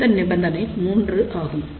இது நிபந்தனை மூன்று ஆகும்